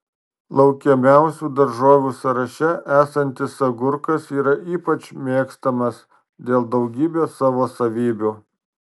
laukiamiausių daržovių sąraše esantis agurkas yra ypač mėgstamas dėl daugybės savo savybių